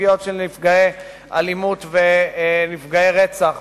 בסוגיות של נפגעי אלימות ונפגעי רצח,